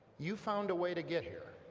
you found a way to get here.